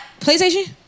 PlayStation